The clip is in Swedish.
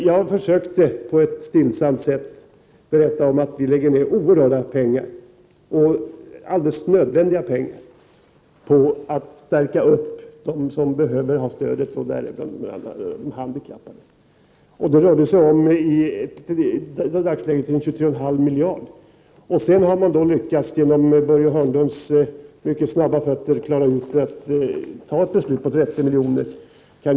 Jag försökte på ett stillsamt sätt berätta att vi lägger ned oerhörda pengar, alldeles nödvändiga pengar, på att stärka dem som behöver ha stöd, däribland de handikappade. Det rör sig om 23,5 miljarder kronor i dagsläget. Sedan har man, genom Börje Hörnlunds mycket snabba fötter, lyckats klara ut ett beslut på 30 milj.kr.